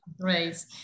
Great